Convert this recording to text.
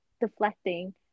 deflecting